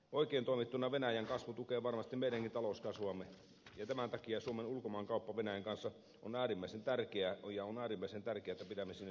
oikein toimittuna venäjän kasvu tukee varmasti meidänkin talouskasvuamme ja tämän takia suomen ulkomaankauppa venäjän kanssa on äärimmäisen tärkeää ja on äärimmäisen tärkeää että pidämme suhteet sinne kunnossa